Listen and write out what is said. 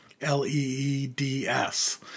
L-E-E-D-S